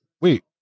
Wait